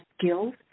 skills